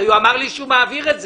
הרי הוא אמר לי שהוא מעביר את זה.